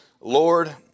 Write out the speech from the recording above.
Lord